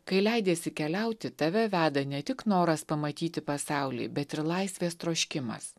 kai leidiesi keliauti tave veda ne tik noras pamatyti pasaulį bet ir laisvės troškimas